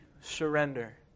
surrender